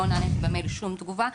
לא נעניתי בשום תגובה,